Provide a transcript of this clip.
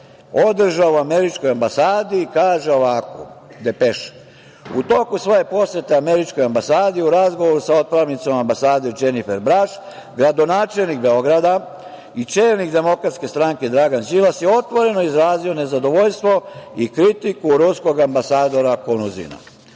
održao u američkoj ambasadi, kaže ovako depeša: „U toku svoje posete američkoj ambasadi u razgovoru sa otpravnicom ambasade Dženifer Braš gradonačelnik Beograda i čelnik DS Dragan Đilas je otvoreno izrazio nezadovoljstvo i kritiku ruskog ambasadora Konuzina.